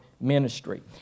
ministry